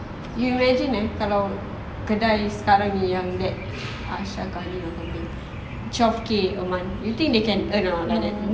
you imagine eh kalau kedai sekarang ni yang that twelve K a month you think they can earn or not after that